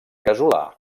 casolà